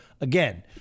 again